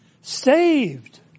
saved